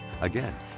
Again